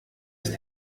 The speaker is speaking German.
ist